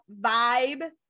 vibe